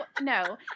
no